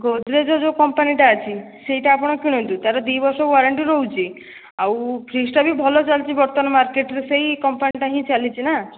ଗୋଦ୍ରେଜ୍ର ଯେଉଁ କମ୍ପାନୀଟା ଅଛି ସେଇଟା ଆପଣ କିଣନ୍ତୁ ତା'ର ଦୁଇ ବର୍ଷ ୱାରେଣ୍ଟି ରହୁଛି ଆଉ ଫ୍ରିଜ୍ଟା ବି ଭଲ ଚାଲିଛି ବର୍ତ୍ତମାନ ମାର୍କେଟ୍ରେ ସେହି କମ୍ପାନୀଟା ହିଁ ଚାଲିଛି ନା